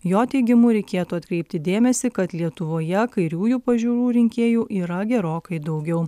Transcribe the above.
jo teigimu reikėtų atkreipti dėmesį kad lietuvoje kairiųjų pažiūrų rinkėjų yra gerokai daugiau